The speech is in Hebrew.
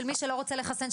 שמי שלא רוצה לחסן,